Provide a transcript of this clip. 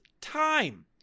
time